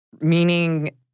meaning